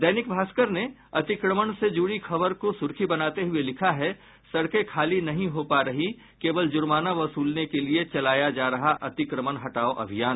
दैनिक भास्कर ने अतिक्रमण से जुड़ी खबर को सुर्खी बनाते हुये लिखा है सड़कें खाली हो नहीं पा रही केवल जुर्माना वसलने के लिए चलाया जा रहा अतिक्रमण हटाओ अभियान